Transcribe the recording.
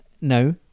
No